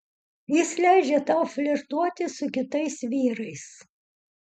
jis leidžia tau flirtuoti su kitais vyrais